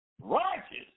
righteous